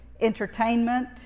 entertainment